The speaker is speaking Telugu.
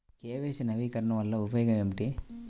కే.వై.సి నవీకరణ వలన ఉపయోగం ఏమిటీ?